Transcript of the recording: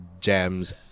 Jams